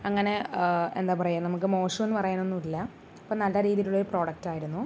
അങ്ങനെ എന്താ പറയുക നമുക്ക് മോശമെന്നു പറയാനൊന്നുമില്ല അപ്പോൾ നല്ല രീതിയിലുള്ളൊരു പ്രോഡക്റ്റായിരുന്നു